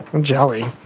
Jelly